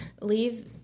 Leave